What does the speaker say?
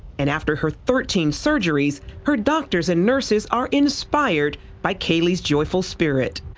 and after her thirteen surgeries, her doctors and nurses are inspired by kaleigh's joyful spirit.